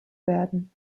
werden